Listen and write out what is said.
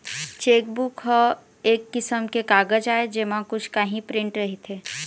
chequebook ह एक किसम के कागज आय जेमा कुछ काही प्रिंट रहिथे